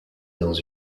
dans